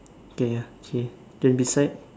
okay ya okay then beside